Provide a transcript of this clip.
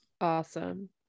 Awesome